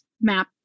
Map